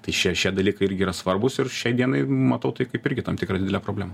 tai šie šie dalykai irgi yra svarbūs ir šiai dienai matau tai kaip irgi tam tikrą didelę problemą